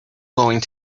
going